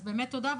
אז באמת תודה.